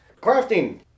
Crafting